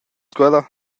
quella